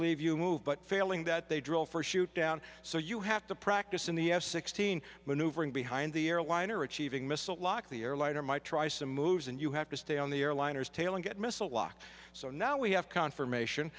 leave you move but failing that they drill for shoot down so you have to practice in the f sixteen maneuvering behind the airliner achieving missile lock the airliner might try some moves and you have to stay on the airliners tail and get missile lock so now we have confirmation